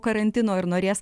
karantino ir norės